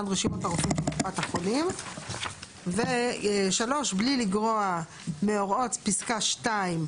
- רשימת הרופאים בקופת החולים); (3) בלי לגרוע מהוראות פסקה (2),